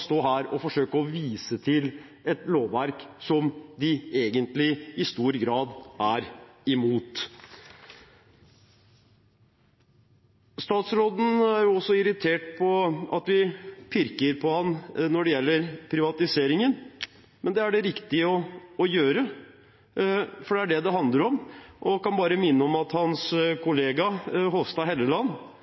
står her og forsøker å vise til et lovverk som de egentlig i stor grad er imot. Statsråden er også irritert på at vi pirker på ham når det gjelder privatiseringen. Men det er det riktige å gjøre, for det er det det handler om. Jeg vil bare minne om at hans kollega Hofstad Helleland